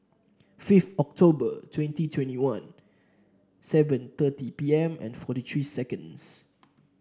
fifth October twenty twenty one seven thirty P M and forty three seconds